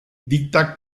dicta